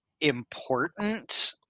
important